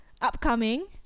upcoming